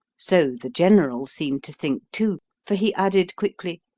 so the general seemed to think too, for he added quickly,